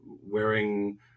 wearing